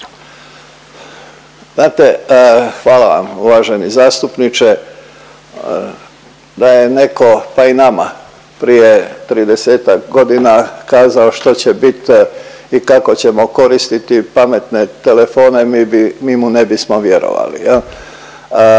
Znate, hvala vam uvaženi zastupniče, da je neko pa i nama prije 30-ak godina kazao što će bit i kako ćemo koristiti pametne telefone, mi mu ne bismo vjerovali.